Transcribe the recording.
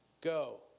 Go